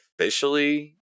officially